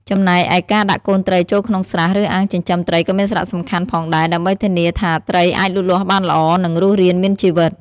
ចំណែកឯការដាក់កូនត្រីចូលក្នុងស្រះ ឬអាងចិញ្ចឹមត្រីក៏មានសារៈសំខាន់ផងដែរ ដើម្បីធានាថាត្រីអាចលូតលាស់បានល្អ និងរស់រានមានជីវិត។